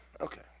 okay